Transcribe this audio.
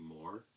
more